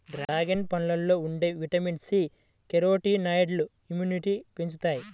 dragon పండులో ఉండే vitamin C, కెరోటినాయిడ్లు ఇమ్యునిటీని పెంచుతాయి